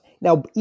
Now